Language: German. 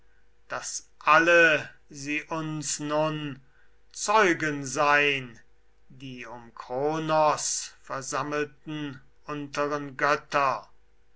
daß alle sie uns nun zeugen sein die um kronos versammelten unteren götter